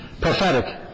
Prophetic